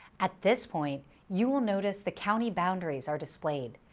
at this point, you will notice the county boundaries are displayed,